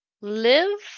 live